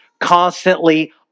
constantly